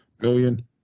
million